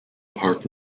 park